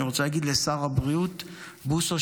אני רוצה להגיד לשר הבריאות בוסו,